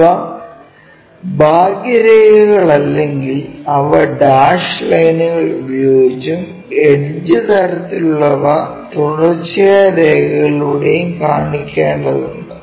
ഇവ ബാഹ്യരേഖകളല്ലെങ്കിൽ അവ ഡാഷ് ലൈനുകൾ ഉപയോഗിച്ചും എഡ്ജ് തരത്തിലുള്ളവ തുടർച്ചയായ രേഖകളിലൂടെയും കാണിക്കേണ്ടതുണ്ട്